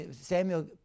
Samuel